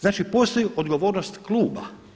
Znači postoji odgovornost kluba.